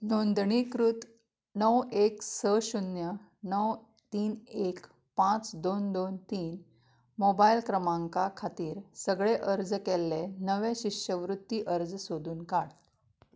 नोंदणीकृत णव एक स शुन्य णव तीन एक पांच दोन दोन तीन मोबायल क्रमांका खातीर सगळें अर्ज केल्ले नवें शिश्यवृत्ती अर्ज सोदून काड